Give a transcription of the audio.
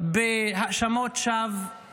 בהאשמות שווא